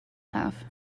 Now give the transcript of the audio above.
have